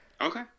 Okay